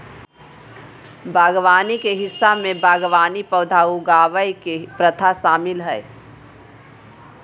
बागवानी के हिस्सा में बागवानी पौधा उगावय के प्रथा शामिल हइ